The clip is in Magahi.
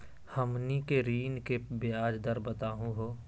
हमनी के ऋण के ब्याज दर बताहु हो?